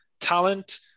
talent